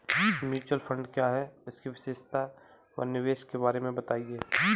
Mutual fund क्या है इसकी विशेषता व निवेश के बारे में बताइये?